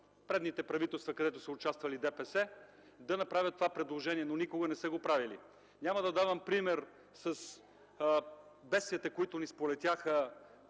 предните правителства, където са участвали ДПС, да направят това предложение, но никога не са го правили. Няма да давам пример с бедствията, които ни сполетяха